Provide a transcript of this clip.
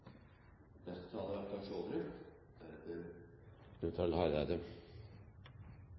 neste taler er